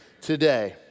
today